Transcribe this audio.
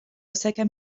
osaka